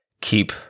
keep